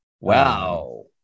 wow